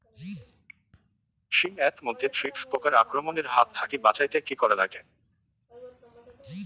শিম এট মধ্যে থ্রিপ্স পোকার আক্রমণের হাত থাকি বাঁচাইতে কি করা লাগে?